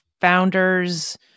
founders